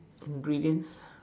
ingredients